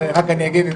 רק אני אגיד,